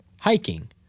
Hiking